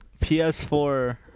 ps4